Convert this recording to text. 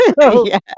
Yes